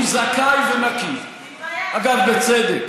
הוא זכאי ונקי, אגב, בצדק,